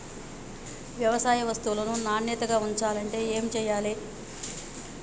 వ్యవసాయ వస్తువులను నాణ్యతగా ఉంచాలంటే ఏమి చెయ్యాలే?